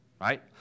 Right